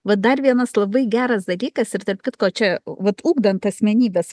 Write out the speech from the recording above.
va dar vienas labai geras dalykas ir tarp kitko čia vat ugdant asmenybes